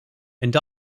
and